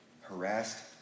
Harassed